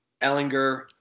Ellinger